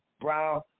Brown